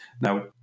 Now